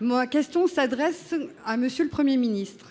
ma question s'adresse à M. le Premier ministre.